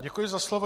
Děkuji za slovo.